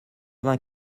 vingt